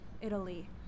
Italy